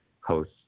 host